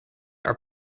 are